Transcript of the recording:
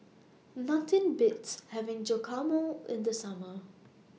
Nothing Beats having Guacamole in The Summer